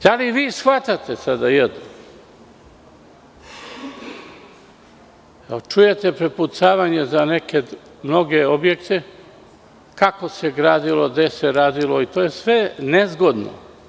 Da li shvatate jedno, kada čujete prepucavanja za mnoge objekte – kako se gradilo, gde se radilo i to je sve nezgodno.